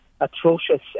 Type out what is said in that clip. atrocious